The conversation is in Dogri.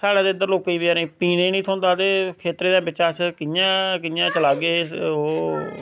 स्हाढ़ै ते इद्धर लोकें गी बचैरें गी पीने गी नी थ्होंदा ते खेत्तरें दे बिच असें कियां कियां चलागे ओह्